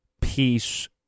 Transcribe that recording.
peace